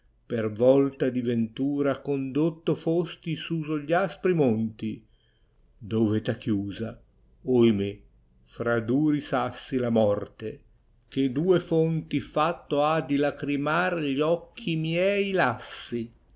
per volta di ventura condotto fosti suso gli aspri monti dove tha chiusa oimè fra duri sassi la morte che due fonti fatto ha di lagrtmar gli occhi miei lassi